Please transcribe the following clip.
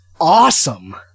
awesome